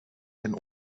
den